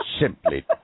Simply